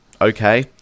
okay